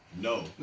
No